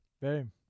Boom